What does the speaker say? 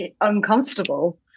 uncomfortable